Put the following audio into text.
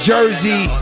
Jersey